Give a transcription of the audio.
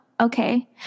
okay